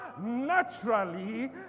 naturally